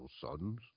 sons